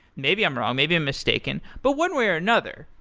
maybe i'm wrong, maybe i'm mistaken. but one way or another,